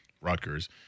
Rutgers